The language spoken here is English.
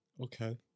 Okay